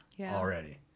already